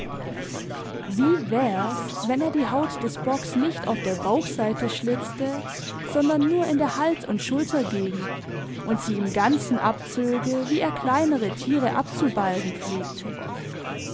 wie wär's wenn er die haut des bocks nicht auf der bauchseite schlitzte sondern nur in der hals und schultergegend und sie im ganzen abzöge wie er kleinere tiere abzubalgen pflegte